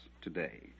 today